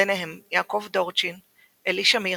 ביניהם יעקב דורצ'ין, אלי שמיר,